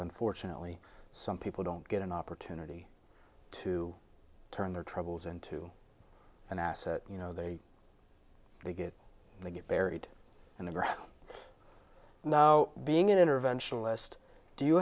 unfortunately some people don't get an opportunity to turn their troubles into an asset you know they get they get buried in the ground now being an interventionist do you